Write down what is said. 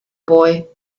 boy